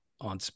on